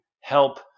help